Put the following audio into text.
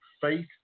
faith